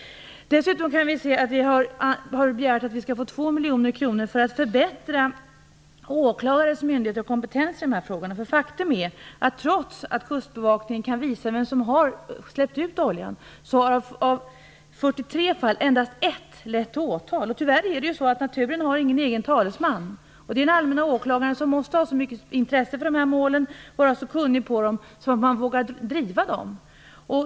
Dessutom har vi begärt 2 miljoner kronor för att förbättra åklagarnas myndighet och kompetens i dessa frågor. Faktum är att trots att kustbevakningen kan visa vem som har släppt oljan har av 43 fall endast ett lett till åtal. Tyvärr har naturen ingen egen talesman. Allmänna åklagaren måste ha så mycket intresse för dessa mål och vara så kunnig på dem att han vågar driva dem.